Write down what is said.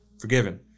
forgiven